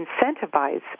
incentivize